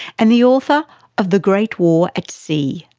and the author of the great war at sea.